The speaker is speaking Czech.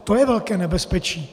To je velké nebezpečí.